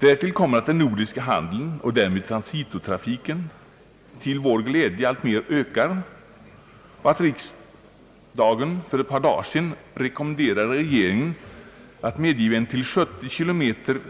Därtill kommer att den nordiska handeln och därmed transitotrafiken till vår glädje alltmer ökar och att riksdagen för ett par dagar sedan rekommenderade regeringen att medge en till 70 km i timmen